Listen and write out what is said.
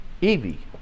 Evie